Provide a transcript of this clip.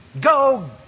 Go